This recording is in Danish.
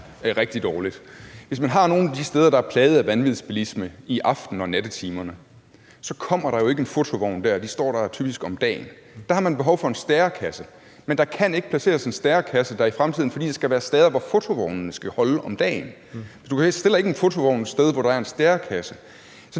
Hvis man har nogle af de steder, der er plaget af vanvidsbilisme i aften- og nattetimerne, så kommer der jo ikke en fotovogn dér. De står der jo typisk om dagen. Der har man behov for en stærekasse, men der kan ikke placeres en stærekasse dér i fremtiden, fordi der skal være steder, hvor fotovognene skal holde om dagen. Du stiller ikke en fotovogn et sted, hvor der er en stærekasse. De